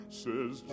says